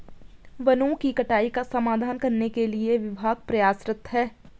वनों की कटाई का समाधान करने के लिए विभाग प्रयासरत है